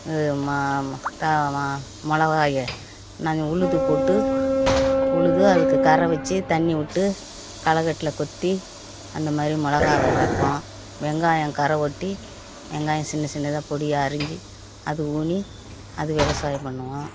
இது மிளவாயே நாங்கள் உழுது போட்டு உழுது அதுக்கு கரை வச்சு தண்ணி விட்டு களைக் கட்டில் கொத்தி அந்த மாதிரி மிளகாவ வைப்போம் வெங்காயம் கரை ஒட்டி வெங்காயம் சின்ன சின்னதாக பொடியாக அரிஞ்சு அது ஊனி அது விவசாயம் பண்ணுவோம்